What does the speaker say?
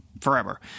forever